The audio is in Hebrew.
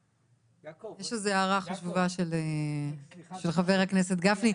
יש איזו הערה חשובה של חבר הכנסת גפני.